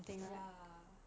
ya